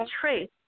trace